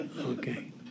Okay